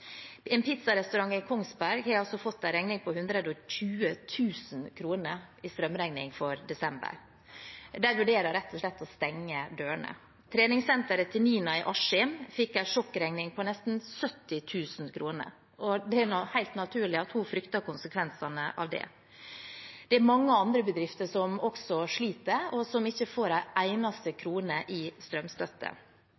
En pizzarestaurant i Kongsberg har fått 120 000 kr i strømregning for desember. De vurderer rett og slett å stenge dørene. Treningssenteret til Nina i Askim fikk en sjokkregning på nesten 70 000 kr, og det er helt naturlig at hun frykter konsekvensene av det. Det er også mange andre bedrifter som sliter, og som ikke får en eneste